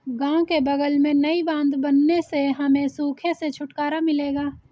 गांव के बगल में नई बांध बनने से हमें सूखे से छुटकारा मिलेगा